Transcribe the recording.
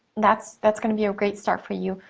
that's that's gonna be a great start for you.